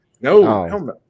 No